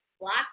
Black